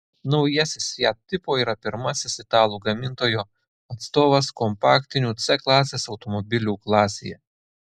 naujasis fiat tipo yra pirmasis italų gamintojo atstovas kompaktinių c klasės automobilių klasėje